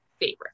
favorite